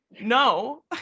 no